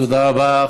תודה רבה.